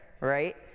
right